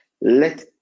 Let